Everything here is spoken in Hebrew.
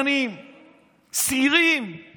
אני רק